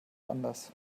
anders